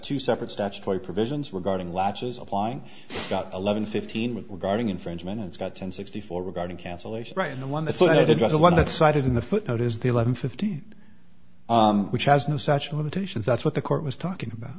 two separate statutory provisions regarding latches applying got eleven fifteen with regarding infringement it's got ten sixty four regarding cancellation right and the one that put it was the one that cited in the footnote is the eleven fifteen which has no such limitations that's what the court was talking about